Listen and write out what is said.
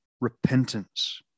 repentance